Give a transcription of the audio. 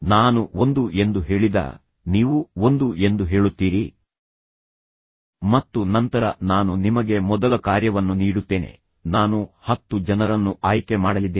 ನಾನು ಒಂದು ಎಂದು ಹೇಳಿದಾಗ ನೀವು ಒಂದು ಎಂದು ಹೇಳುತ್ತೀರಿ ಮತ್ತು ನಂತರ ನಾನು ನಿಮಗೆ ಮೊದಲ ಕಾರ್ಯವನ್ನು ನೀಡುತ್ತೇನೆ ನಾನು ಹತ್ತು ಜನರನ್ನು ಆಯ್ಕೆ ಮಾಡಲಿದ್ದೇನೆ